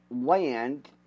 land